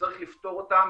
שצריך לפתור אותם.